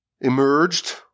emerged